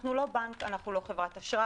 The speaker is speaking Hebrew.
אנחנו לא בנק, אנחנו לא חברת אשראי.